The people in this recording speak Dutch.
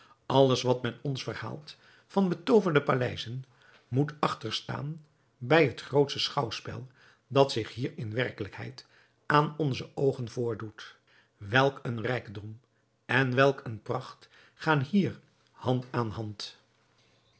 alles wat men ons verhaalt van betooverde paleizen moet achterstaan bij het grootsche schouwspel dat zich hier in werkelijkheid aan onze oogen voordoet welk een rijkdom en welk eene pracht gaan hier hand aan hand